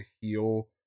heal